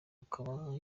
akaba